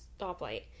stoplight